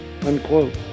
Unquote